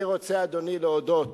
אני רוצה, אדוני, להודות,